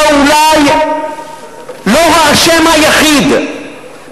אתה אולי לא האשם היחיד,